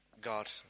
God